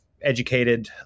educated